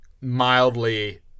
mildly